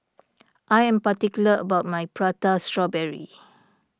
I am particular about my Prata Strawberry